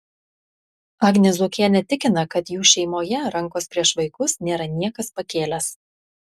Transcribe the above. agnė zuokienė tikina kad jų šeimoje rankos prieš vaikus nėra niekas pakėlęs